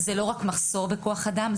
זה לא רק מחסור בכוח אדם,